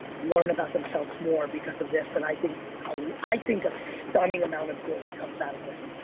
learn about themselves more because of this, and i think ah i think a stunning amount of good comes out of this.